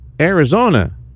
Arizona